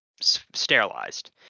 sterilized